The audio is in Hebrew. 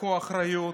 קחו אחריות,